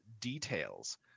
details